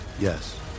Yes